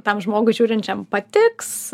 tam žmogui žiūrinčiam patiks